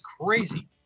crazy